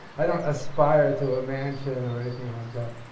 i don't aspire to a mansion or anything like that.